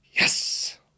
Yes